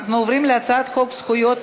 אנחנו עוברים להצעת חוק זכויות